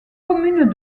commune